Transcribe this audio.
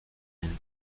and